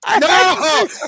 No